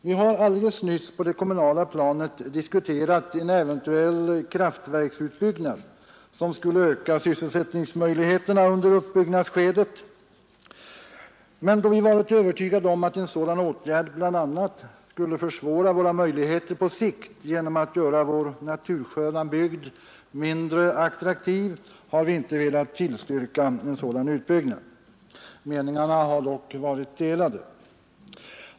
Vi har nyligen på det kommunala planet diskuterat en eventuell kraftverksutbyggnad, som skulle öka sysselsättningsmöjligheterna under uppbyggnadsskedet, men då vi varit övertygade om att en sådan åtgärd bl.a. skulle försvåra våra möjligheter på sikt genom att göra vår natursköna bygd mindre attraktiv har vi inte velat tillstyrka en sådan utbyggnad. Meningarna har dock varit delade.